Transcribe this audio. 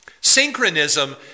Synchronism